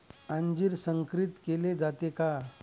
अंजीर संकरित केले जाते का?